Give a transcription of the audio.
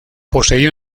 poseía